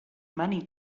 money